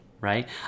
right